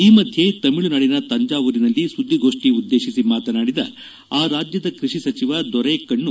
ಈ ಮಧ್ಯ ತಮಿಳುನಾಡಿನ ತಂಜಾವೂರಿನಲ್ಲಿ ಸುದ್ದಿಗೋಷ್ಠಿ ಉದ್ದೇಶಿಸಿ ಮಾತನಾಡಿದ ಆ ರಾಜ್ಯದ ಕೃಷಿ ಸಚಿವ ದೊರೈಕ್ಷಣ್ಣ